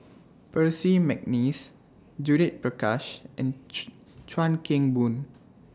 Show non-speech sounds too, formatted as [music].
[noise] Percy Mcneice Judith Prakash and Choo Chuan Keng Boon